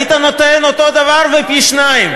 היית נותן אותו דבר ופי-שניים,